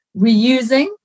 reusing